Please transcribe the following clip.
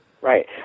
Right